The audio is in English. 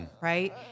Right